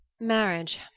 Marriage